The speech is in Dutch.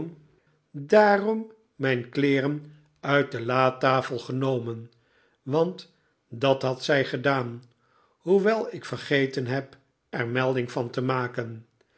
daarom mijn kleeren uit de latafel genomen want dat had zij gedaan hoewel ik vergeten heb er melding van te maken